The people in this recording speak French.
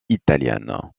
italienne